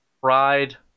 Pride